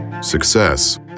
Success